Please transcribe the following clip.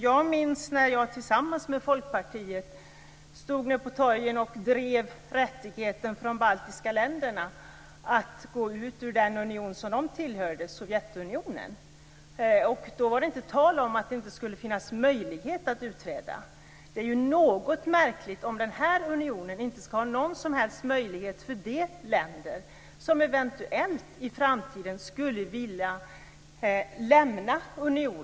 Jag minns när jag tillsammans med Folkpartiet stod på torgen och drev frågan om de baltiska ländernas rätt att gå ut ur den union som de tillhörde - Sovjetunionen. Då var det inte tal om att det inte skulle finnas möjlighet att utträda. Det är något märkligt om det i denna union inte skall finnas någon som helst möjlighet till utträde för de länder som eventuellt i framtiden skulle vilja lämna unionen.